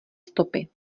stopy